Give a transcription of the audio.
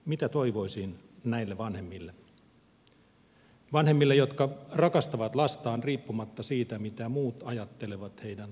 mitä toivoisin näille vanhemmille vanhemmille jotka rakastavat lastaan riippumatta siitä mitä muut ajattelevat heidän lapsestaan